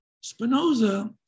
Spinoza